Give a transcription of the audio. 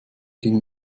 ging